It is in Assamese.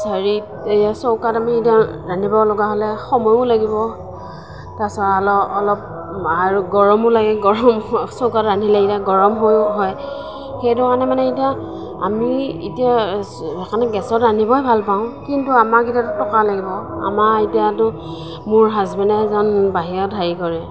হেৰিত এই চৌকাত আমি ৰান্ধিবলগা হ'লে সময়ো লাগিব তাৰপাছত অলপ অলপ আৰু গৰমো লাগে গৰম চৌকাত ৰান্ধিলে এতিয়া গৰম হয়ো হয় সেইধৰণে মানে এতিয়া আমি এতিয়া সেইকাৰণে গেছত ৰান্ধিবই ভালপাওঁ কিন্তু আমাক এতিয়াটো টকা লাগিব আমাৰ এতিয়াটো মোৰ হাজবেনে এজন বাহিৰত হেৰি কৰে